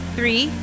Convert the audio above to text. Three